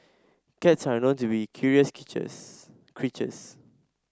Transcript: cats are known to be curious creatures